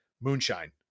moonshine